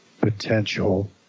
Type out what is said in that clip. potential